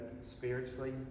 spiritually